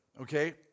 okay